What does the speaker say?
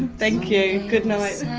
thank you, goodnight.